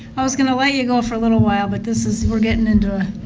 i was going to let you go for little while, but this is, we're getting into.